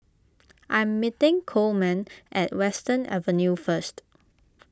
I'm meeting Coleman at Western Avenue first